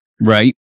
right